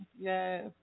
Yes